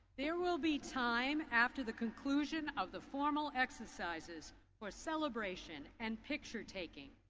there will be time after the conclusion of the formal exercises for celebration and picture taking.